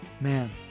Man